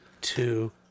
two